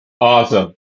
Awesome